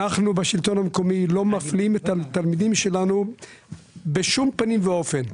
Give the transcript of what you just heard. אנחנו בשלטון המקומי לא מפלים את התלמידים שלנו בשום פנים ואופן.